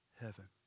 heaven